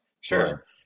Sure